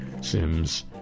Sims